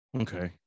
Okay